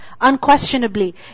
Unquestionably